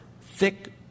Thick